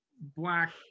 black